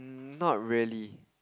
not really